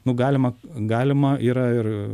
nu galima galima yra ir